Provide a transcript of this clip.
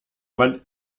man